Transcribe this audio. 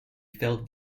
felt